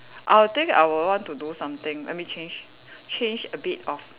I will think I will want to do something let me change change a bit of